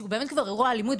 שהוא באמת כבר אירוע אלימות,